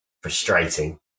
frustrating